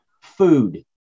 Food